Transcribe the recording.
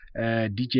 DJ